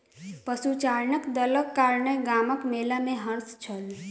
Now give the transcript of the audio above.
पशुचारणक दलक कारणेँ गामक मेला में हर्ष छल